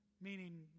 Meaning